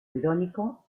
irónico